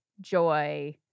joy